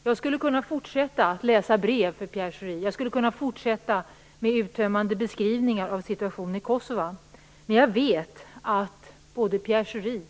Fru talman! Jag skulle kunna fortsätta att läsa brev för Pierre Schori. Jag skulle kunna fortsätta med uttömmande beskrivningar om situationen i Kosova. Men Pierre Schori,